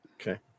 Okay